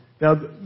Now